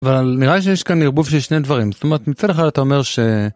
אבל נראה לי שיש כאן ערבוב של שני דברים, זאת אומרת מצד אחד אתה אומר ש...